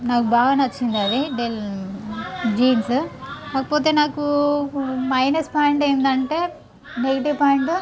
నాకు బాగా నచ్చింది అది జీన్సు కాకపోతే నాకు మైనస్ పాయింట్ ఏంటంటే నెగటివ్ పాయింట్